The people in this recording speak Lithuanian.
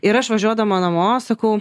ir aš važiuodama namo sakau